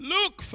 Look